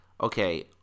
Okay